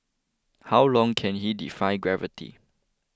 how long can he defy gravity